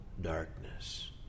darkness